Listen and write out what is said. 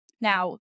Now